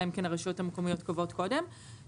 אלא אם כן הרשויות המקומיות קובעות קודם,